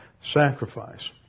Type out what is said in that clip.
sacrifice